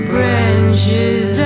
Branches